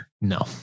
No